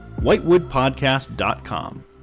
whitewoodpodcast.com